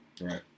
Right